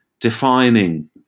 defining